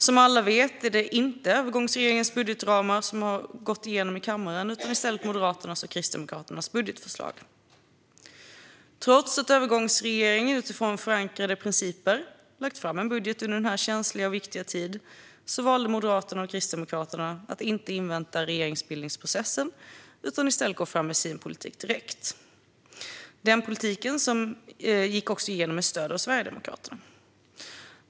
Som alla vet är det inte övergångsregeringens budgetramar som har gått igenom i kammaren, utan det är i stället Moderaternas och Kristdemokraterna budgetförslag. Trots att övergångsregeringen utifrån förankrade principer har lagt fram en budget under denna känsliga och viktiga tid valde Moderaterna och Kristdemokraterna att inte invänta regeringsbildningsprocessen utan att i stället direkt gå fram med sin politik. Det är en politik som också gick igenom med stöd av Sverigedemokraterna.